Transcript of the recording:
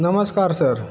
नमस्कार सर